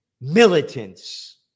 militants